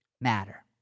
matter